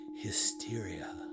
hysteria